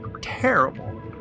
Terrible